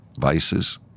vices